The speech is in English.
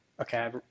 okay